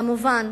כמובן,